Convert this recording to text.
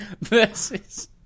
versus